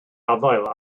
afael